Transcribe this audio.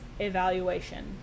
evaluation